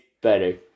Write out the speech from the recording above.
better